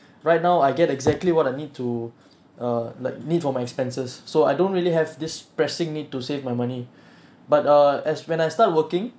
right now I get exactly what I need to err like need for my expenses so I don't really have this pressing need to save my money but err as when I start working